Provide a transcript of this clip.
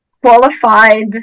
qualified